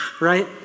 right